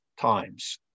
times